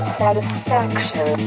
satisfaction